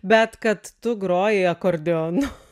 bet kad tu groji akordeonu